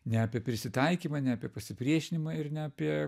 ne apie prisitaikymą ne apie pasipriešinimą ir ne apie